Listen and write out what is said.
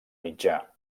mitjà